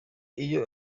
iyo